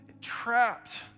trapped